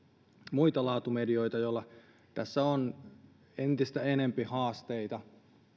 muita laatumedioita joilla tässä on entistä enempi haasteita